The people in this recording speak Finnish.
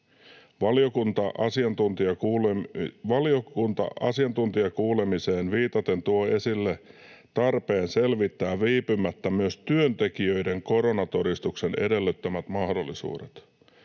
”Valiokunta asiantuntijakuulemiseen viitaten tuo esille tarpeen selvittää viipymättä myös työntekijöiden koronatodistuksen edellyttämät mahdollisuudet.